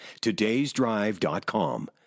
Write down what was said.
todaysdrive.com